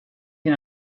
can